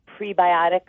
prebiotic